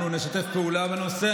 אנחנו נשתף פעולה בנושא.